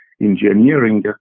engineering